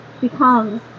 becomes